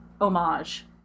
homage